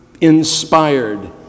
inspired